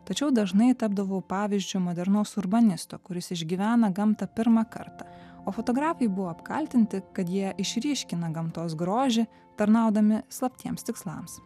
tačiau dažnai tapdavau pavyzdžiu modernaus urbanisto kuris išgyvena gamtą pirmą kartą o fotografai buvo apkaltinti kad jie išryškina gamtos grožį tarnaudami slaptiems tikslams